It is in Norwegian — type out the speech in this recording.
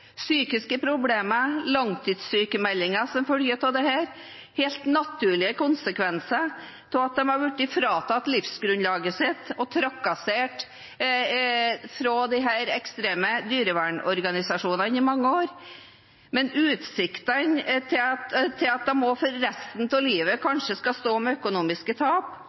psykiske problemer og langtidssykmeldinger som følge av dette er helt naturlige konsekvenser av at man er blitt fratatt livsgrunnlaget sitt og trakassert av disse ekstreme dyrevernsorganisasjonene i mange år. Men utsiktene til at man for resten av livet kanskje må stå med økonomiske tap,